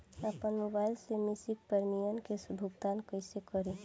आपन मोबाइल से मसिक प्रिमियम के भुगतान कइसे करि?